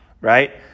right